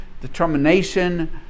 determination